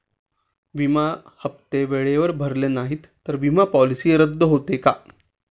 विमा हप्ते वेळेवर भरले नाहीत, तर विमा पॉलिसी रद्द होते का?